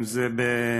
אם זה במודעות,